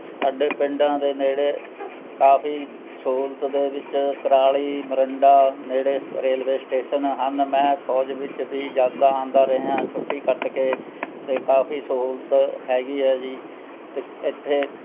ਸਾਡੇ ਪਿੰਡਾਂ ਦੇ ਨੇੜੇ ਕਾਫੀ ਸਹੂਲਤ ਦੇ ਵਿੱਚ ਕੁਰਾਲੀ ਮੋਰਿੰਡਾ ਨੇੜੇ ਰੇਲਵੇ ਸਟੇਸ਼ਨ ਹਨ ਮੈਂ ਫੌਜ ਵਿੱਚ ਵੀ ਜਾਂਦਾ ਆਉਂਦਾ ਰਿਹਾ ਛੁੱਟੀ ਕੱਟ ਕੇ ਅਤੇ ਕਾਫੀ ਸਹੂਲਤ ਹੈਗੀ ਹੈ ਜੀ ਤ ਇੱਥੇ